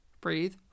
Breathe